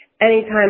anytime